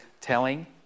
telling